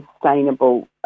sustainable